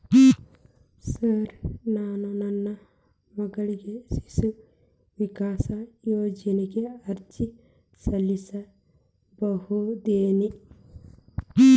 Sir ನಾನು ನನ್ನ ಮಗಳಿಗೆ ಶಿಶು ವಿಕಾಸ್ ಯೋಜನೆಗೆ ಅರ್ಜಿ ಸಲ್ಲಿಸಬಹುದೇನ್ರಿ?